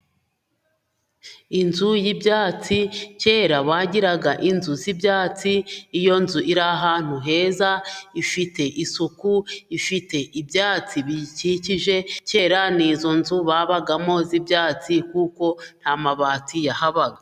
Inzu y'ibyatsi, kera bagiraga inzu z'ibyatsi, iyo nzu iri ahantu heza ifite isuku ifite ibyatsi biyikikije, kera ni izo nzu babagamo z'ibyatsi kuko nta mabati yahabaga.